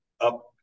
up